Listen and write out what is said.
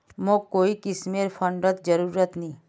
मोक कोई किस्मेर फंडेर जरूरत नी